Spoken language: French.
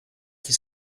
qui